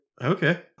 Okay